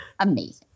amazing